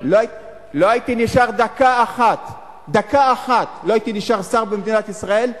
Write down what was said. לא הייתי נשאר דקה אחת שר במדינת ישראל,